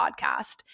podcast